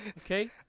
okay